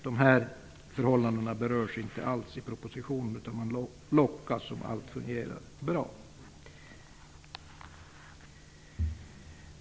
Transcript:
De här förhållandena berörs inte alls i propositionen, utan man låtsas som om allting fungerar bra.